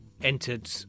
entered